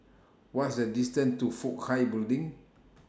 What's The distance to Fook Hai Building